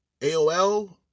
AOL